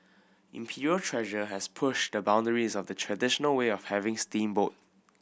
Imperial Treasure has pushed the boundaries of the traditional way of having steamboat